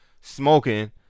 smoking